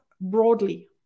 broadly